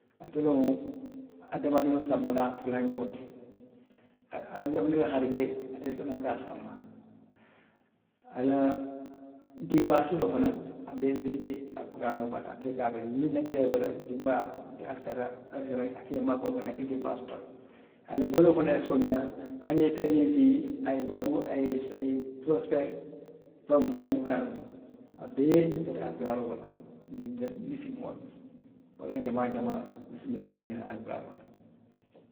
Ate lemu adamadiŋo sanbalaa fulanjaŋo ti. adamadiŋo harijee ate le fanaŋ ka sanba. A la dinbaa soto fanaŋ, a be, a bee be alikuraanoo bala. ate le ka a ke. Niŋ i naki ta a bala, a jamaa, ala talla, ala ka i maakoyi wo fanaa la le, i ye kuo kuu ke i be a soto la le;a ka baluo fanaŋ sooneyaa. hani i ye feŋ ndiŋ dii. a ye baluu, a ye, a ye porosipeeri, a bee bota alikuraanoo le bala niŋ wolaw na jamaa jamaa nsi nna alikuraanoo bondi.